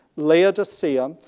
laodicea,